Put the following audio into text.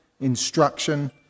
instruction